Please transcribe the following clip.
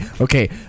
okay